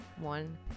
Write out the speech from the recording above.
one